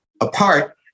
apart